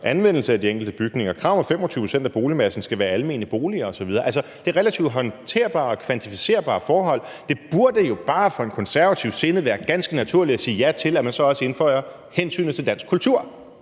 anvendelse af de enkelte bygninger, krav om at 25 pct. af boligmassen skal være almene boliger osv. Det er relativt håndterbare og kvantificerbare forhold. Det burde jo bare for en konservativt sindet være ganske naturligt at sige ja til, at man så også indføjer hensynet til dansk kultur.